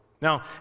Now